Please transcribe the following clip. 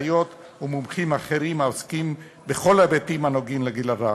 אחיות ומומחים אחרים העוסקים בכל ההיבטים הנוגעים לגיל הרך.